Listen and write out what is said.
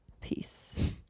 Peace